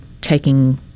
taking